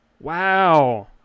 Wow